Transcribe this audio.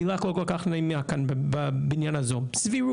מילה לא כל כך נעימה כאן בבניין הזה סבירות.